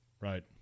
Right